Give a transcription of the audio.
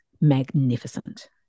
magnificent